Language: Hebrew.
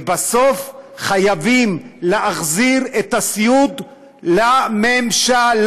ובסוף, חייבים להחזיר את הסיעוד לממשלה,